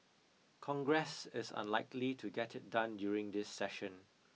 congress is unlikely to get it done during this session